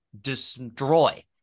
destroy